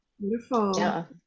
Beautiful